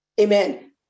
amen